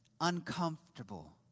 Uncomfortable